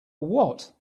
what